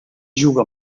juga